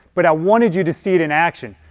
but i wanted you to see it in action,